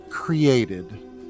Created